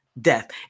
death